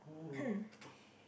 what